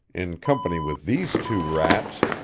in company with these two rats,